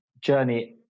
journey